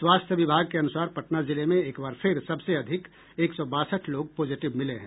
स्वास्थ्य विभाग के अनुसार पटना जिले में एक बार फिर सबसे अधिक एक सौ बासठ लोग पॉजिटिव मिले हैं